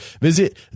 visit